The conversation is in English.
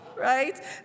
right